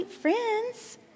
friends